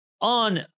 on